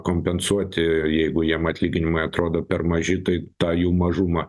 kompensuoti jeigu jiem atlyginimai atrodo per maži tai tą jų mažumą